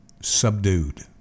subdued